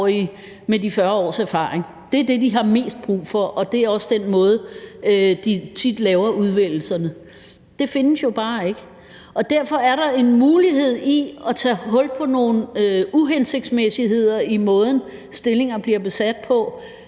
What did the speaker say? Det er det, de har mest brug for. Det er også ud fra det, de tit laver udvælgelsen. Men de ansøgere findes jo bare ikke. Derfor ligger der en mulighed i at tage hul på nogle uhensigtsmæssigheder i måden, som stillinger bliver besat på,